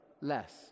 less